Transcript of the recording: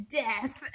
death